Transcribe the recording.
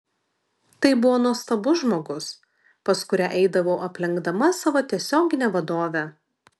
tai buvo nuostabus žmogus pas kurią eidavau aplenkdama savo tiesioginę vadovę